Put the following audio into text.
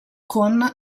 con